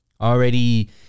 already